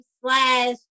slash